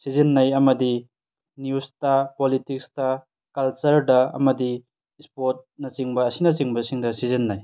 ꯁꯤꯖꯤꯟꯅꯩ ꯑꯃꯗꯤ ꯅ꯭ꯌꯨꯁꯇ ꯄꯣꯂꯤꯇꯤꯛꯁꯇꯥ ꯀꯜꯆꯔꯗ ꯑꯃꯗꯤ ꯁ꯭ꯄꯣꯔꯠꯅ ꯆꯤꯡꯕ ꯑꯁꯤꯅ ꯆꯤꯡꯕꯁꯤꯡꯗ ꯁꯤꯖꯤꯟꯅꯩ